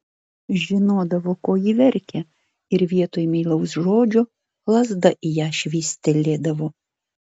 žinodavo ko ji verkia ir vietoj meilaus žodžio lazda į ją švystelėdavo